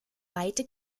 weite